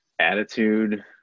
attitude